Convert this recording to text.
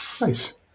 Nice